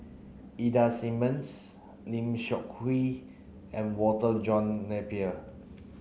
Ida Simmons Lim Seok Hui and Walter John Napier